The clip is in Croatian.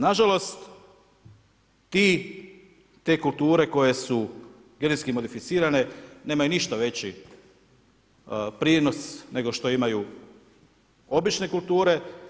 Nažalost, te kulture koje su genetski modificirane nemaju ništa veći prinos nego što imaju obične kulture.